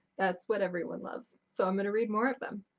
that's what everyone loves. so i'm gonna read more of them.